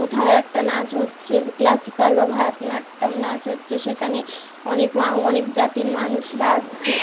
কোথাও একটা নাচ হচ্ছে ক্লাসিক্যাল বা ভারতনাট্যম নাচ হচ্ছে সেখানে অনেক অনেক জাতির মানুষরা আছে